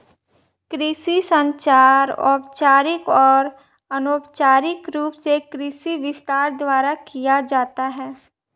कृषि संचार औपचारिक और अनौपचारिक रूप से कृषि विस्तार द्वारा किया जाता है